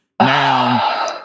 now